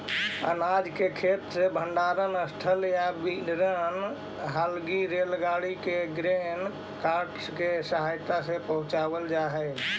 अनाज के खेत से भण्डारणस्थल या वितरण हलगी रेलगाड़ी तक ग्रेन कार्ट के सहायता से पहुँचावल जा हई